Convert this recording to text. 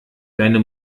deine